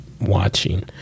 watching